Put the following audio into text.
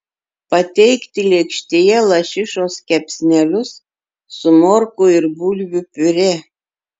pateikti lėkštėje lašišos kepsnelius su morkų ir bulvių piurė